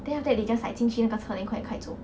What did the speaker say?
then after that they just like 进去那个车 then 快点开走